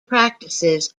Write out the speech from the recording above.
practices